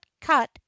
cut